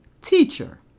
teacher